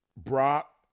Brock